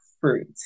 fruit